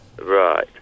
Right